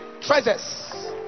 treasures